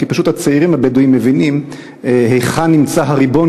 כי פשוט הצעירים הבדואים מבינים היכן נמצא הריבון,